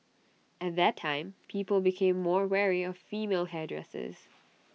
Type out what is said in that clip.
at that time people became more wary of female hairdressers